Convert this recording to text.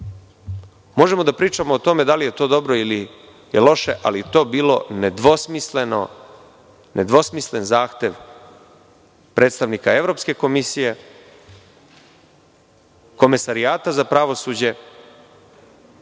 Možemo da pričamo o tome da li je to dobro ili je loše, ali je to bio nedvosmislen zahtev predstavnika Evropske komisije, Komesarijata za pravosuđe,